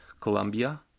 Colombia